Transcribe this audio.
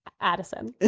Addison